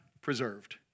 preserved